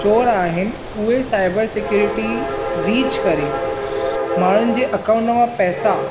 चोर आहिनि उहे साइबर सेक्यूरिटी ब्रीच करे माण्हुनि जे अकाउंट मां पैसा